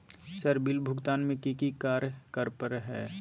Sir bill भुगतान में की की कार्य पर हहै?